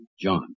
John